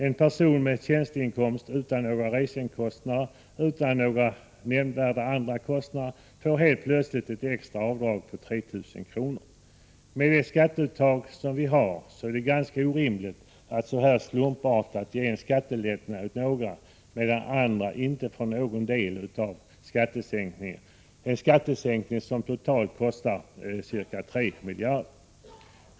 En person med tjänsteinkomst, utan några resekostnader och utan nämnvärda andra kostnader, får helt plötsligt ett extra avdrag på 3 000 kr. Med det skatteuttag som vi har är det ganska orimligt att så slumpartat ge en skattelättnad åt några, medan andra inte får del av skattesänkningen — en skattesänkning som totalt kostar ca 3 miljarder.